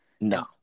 No